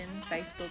Facebook